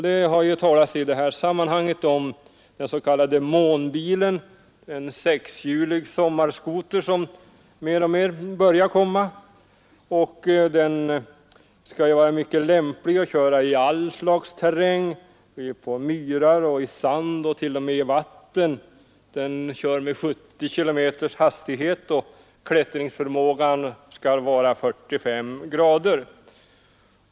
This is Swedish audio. Det har i det här sammanhanget talats om den s.k. månbilen, en sexhjulig sommarskoter som börjar komma. Den lär vara lämplig att köra med i all slags terräng, på myrar, i sand och t.o.m. i vatten. Den kör med en hastighet av 70 km i timmen och klättringsförmågan skall vara 45 grader.